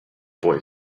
boy